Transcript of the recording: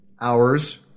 Hours